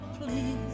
please